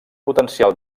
potencial